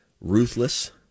ruthless